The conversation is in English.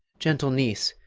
gentle niece.